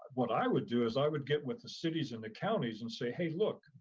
what i would do is i would get with the cities and the counties and say, hey, look,